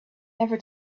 never